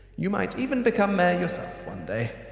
you might even become mayor yourself, one day.